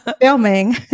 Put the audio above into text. filming